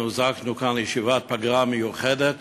אנחנו הוזעקנו כאן לישיבת פגרה מיוחדת